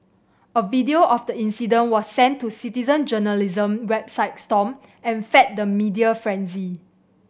a video of the incident was sent to citizen journalism website Stomp and fed the media frenzy